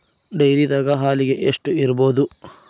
ಡೈರಿದಾಗ ಹಾಲಿಗೆ ಎಷ್ಟು ಇರ್ಬೋದ್?